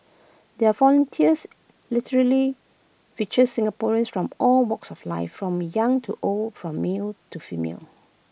their volunteers literally featured Singaporeans from all walks of life from young to old from male to female